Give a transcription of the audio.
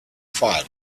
file